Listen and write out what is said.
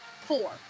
Four